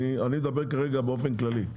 אני מדבר כרגע באופן כללי.